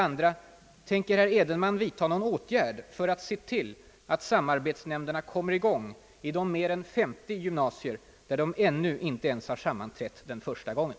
2) Tänker herr Edenman vidta någon åtgärd för att se till att samarbetsnämnderna kommer i gång i de mer än 50 gymnasier där de ännu inte ens har sammanträtt den första gången?